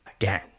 again